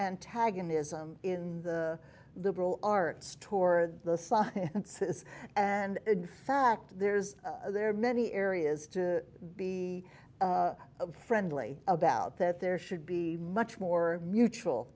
antagonism in the liberal arts toward the senses and in fact there's there are many areas to be friendly about that there should be much more mutual